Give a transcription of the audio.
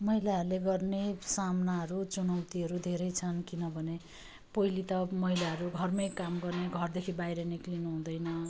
महिलाहरूले गर्ने सामनाहरू चुनौतीहरू धेरै छन् किनभने पहिला त महिलाहरू घरमै काम गर्ने घरदेखि बाहिर निस्कनु हुँदैन